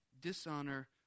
dishonor